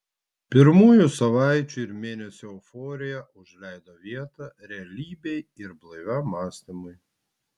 pirmųjų savaičių ir mėnesių euforija užleido vietą realybei ir blaiviam mąstymui